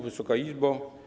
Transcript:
Wysoka Izbo!